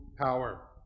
power